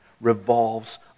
revolves